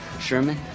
Sherman